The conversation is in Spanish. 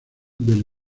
del